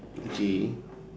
okay